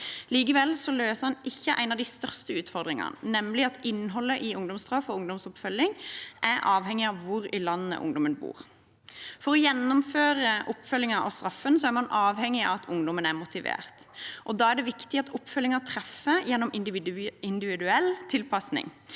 Likevel løser den ikke en av de største utfordringene, nemlig at innholdet i ungdomsstraff og ungdomsoppfølging er avhengig av hvor i landet ungdommen bor. For å gjennomføre oppfølgingen og straffen er man avhengig av at ungdommen er motivert, og da er det viktig at oppfølgingen treffer gjennom individuell tilpasning.